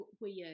weird